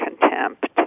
contempt